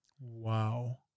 Wow